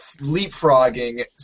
leapfrogging